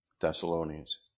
Thessalonians